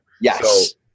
Yes